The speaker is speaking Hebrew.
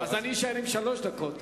אז אני אשאר עם שלוש דקות.